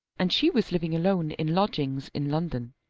and she was living alone in lodgings in london.